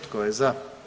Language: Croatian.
Tko je za?